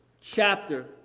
chapter